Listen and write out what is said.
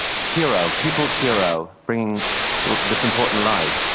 hero people's hero bringing this important light.